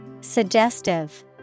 Suggestive